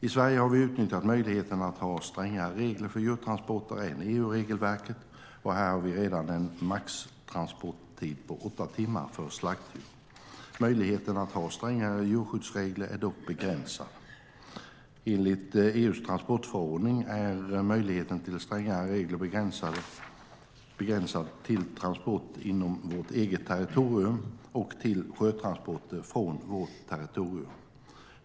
I Sverige har vi utnyttjat möjligheten att ha strängare regler för djurtransporter än EU-regelverket, och här har vi redan en maxtransporttid på åtta timmar för slaktdjur. Möjligheten att ha strängare djurskyddsregler är dock begränsad. Enligt EU:s transportförordning är möjligheten till strängare regler begränsad till transporter inom vårt eget territorium och till sjötransporter från vårt territorium.